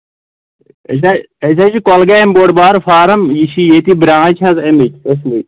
اسہِ حظ چھِ کۄلگامہِ بوٚڑ بارٕ فارم یہِ چھ ییٚتہِ برانٛچ حظ امِکۍ ٲسۍ مٕتۍ